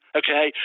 okay